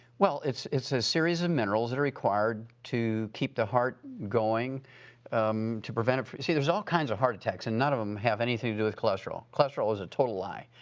well, it's it's a series of minerals that are required to keep the heart going to prevent a. see, there's all kinds of heart attacks and none of them have anything to do with cholesterol. cholesterol is a total lie.